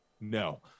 no